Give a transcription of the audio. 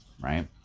right